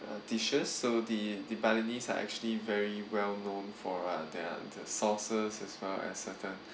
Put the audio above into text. uh dishes so the the balinese are actually very well known for their the sauces as well as certain